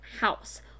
house